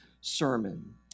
sermon